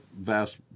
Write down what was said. vast